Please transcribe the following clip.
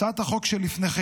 הצעת החוק שלפניכם